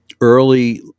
early